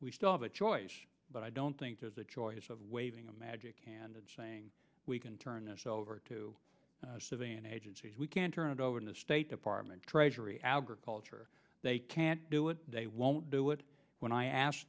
we still have a choice but i don't think there's a choice of waving a magic candid saying we can turn it over to an agency we can turn it over to the state department treasury agriculture they can't do it they won't do it when i asked